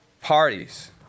parties